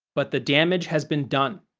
but, the damage has been done.